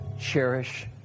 cherish